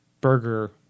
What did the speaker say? burger